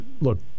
look